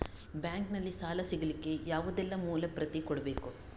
Bank ನಲ್ಲಿ ಸಾಲ ಸಿಗಲಿಕ್ಕೆ ಯಾವುದೆಲ್ಲ ಮೂಲ ಪ್ರತಿ ಕೊಡಬೇಕು?